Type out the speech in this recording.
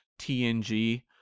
TNG